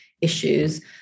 issues